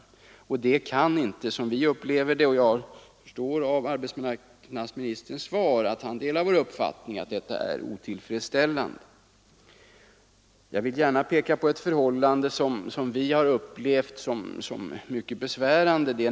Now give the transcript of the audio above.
Det kan inte — som vi upplever det, och jag förstår av arbetsmarknadsministerns svar att han delar vår uppfattning — anses tillfredsställande. Jag vill gärna peka på ett förhållande som vi har funnit mycket besvärande.